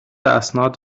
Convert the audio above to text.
اسناد